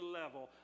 level